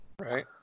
Right